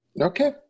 Okay